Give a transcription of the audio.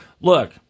look